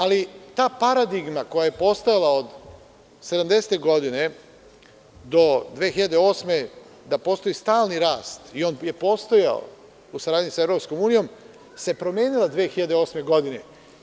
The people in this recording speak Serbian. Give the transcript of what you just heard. Ali, ta paradigma koja je postala od 70-te godine do 2008. godine da postoji stalni rast i on je postojao u saradnji sa EU, se promenila 2008. godine.